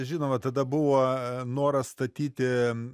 žinoma tada buvo noras statyti